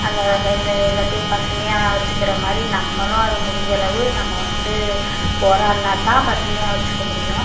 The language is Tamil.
அந்த இது எல்லாத்தையும் பசுமையாக வச்சுக்கிற மாதிரி நம்மளும் அதை முடிஞ்ச அளவு நம்ம வந்து போராடினாத்தான் பசுமையாக வச்சுக்க முடியும்